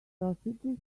sausages